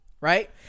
right